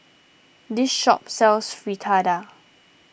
this shop sells Fritada